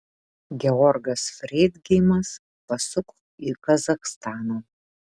georgas freidgeimas pasuko į kazachstaną